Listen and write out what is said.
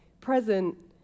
present